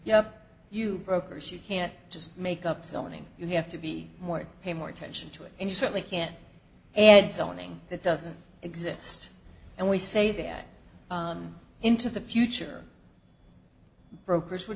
know you brokers you can't just make up selling you have to be more pay more attention to it and you certainly can't and zoning that doesn't exist and we say that into the future brokers would